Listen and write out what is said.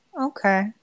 okay